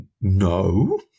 No